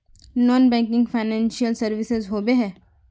Non banking financial services होबे है?